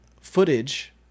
footage